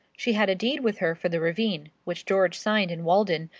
she had a deed with her for the ravine, which george signed in walden,